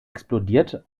explodiert